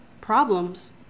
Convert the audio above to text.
problems